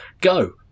go